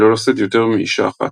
שלא לשאת יותר מאישה אחת.